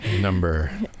Number